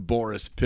Boris